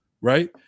right